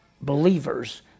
believers